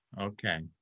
Okay